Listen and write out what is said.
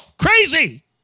Crazy